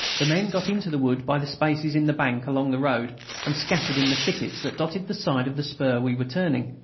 the men got into the wood by the spaces in the bank along the road and scattered in the thickets that dotted the side of the spur we were turning.